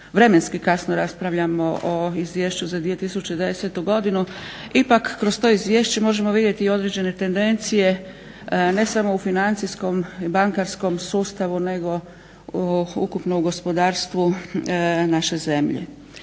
vremenski kasno raspravljamo o izvješću za 2010. godinu ipak kroz to izvješće možemo vidjeti i određene tendencije ne samo u financijskom i bankarskom sustavu nego ukupno o gospodarstvu naše zemlje.